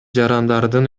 жарандардын